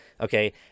okay